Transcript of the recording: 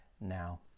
now